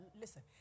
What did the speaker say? listen